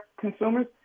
consumers